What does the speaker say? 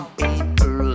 people